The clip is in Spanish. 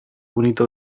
bonito